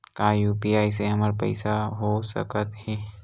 का यू.पी.आई से हमर पईसा हो सकत हे?